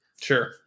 Sure